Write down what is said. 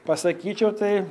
pasakyčiau tai